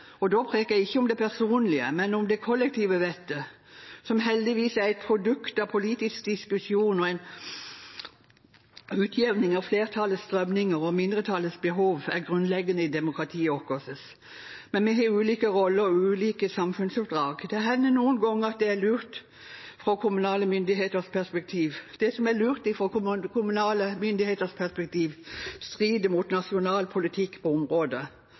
og da snakker jeg ikke om det personlige, men om det kollektive vettet, som heldigvis er et produkt av politisk diskusjon og en utjevning av flertallets strømninger og mindretallets behov – er grunnleggende i demokratiet vårt. Men vi har ulike roller og ulike samfunnsoppdrag. Det hender noen ganger at det som er lurt fra kommunale myndigheters perspektiv, strider mot nasjonal politikk på